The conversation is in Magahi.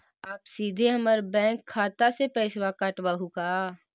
आप सीधे हमर बैंक खाता से पैसवा काटवहु का?